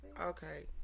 Okay